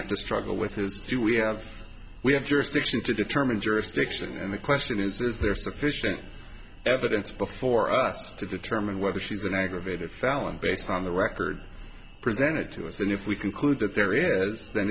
have to struggle with is do we have we have jurisdiction to determine jurisdiction and the question is is there sufficient evidence before us to determine whether she's an aggravated found based on the record presented to us and if we conclude that there is th